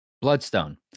Bloodstone